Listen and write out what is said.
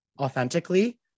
authentically